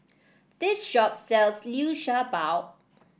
this shop sells Liu Sha Bao